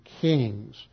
kings